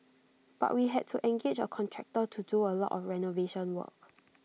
but we had to engage A contractor to do A lot of renovation work